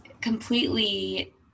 completely